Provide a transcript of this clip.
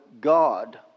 God